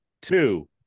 two